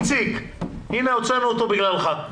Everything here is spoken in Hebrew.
יצחק פינדרוס, הנה הוצאנו אותו בגללך.